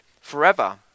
forever